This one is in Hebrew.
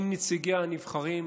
עם נציגיה הנבחרים,